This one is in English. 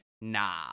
nah